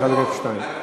אז לחלק לשניים.